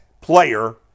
player